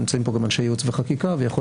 נמצאים פה גם אנשי ייעוץ וחקיקה ויכול